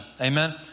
Amen